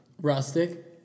Rustic